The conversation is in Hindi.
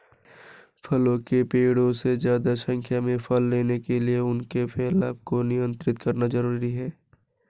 फलों के पेड़ों से ज्यादा संख्या में फल लेने के लिए उनके फैलाव को नयन्त्रित करना जरुरी है